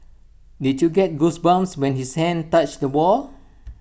did you get goosebumps when his hand touched the wall